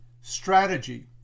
strategy